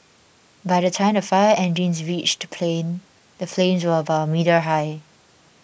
by the time the fire engines reached the plane the flames were about a meter high